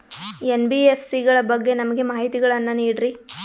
NBFC ಗಳ ಬಗ್ಗೆ ನಮಗೆ ಮಾಹಿತಿಗಳನ್ನ ನೀಡ್ರಿ?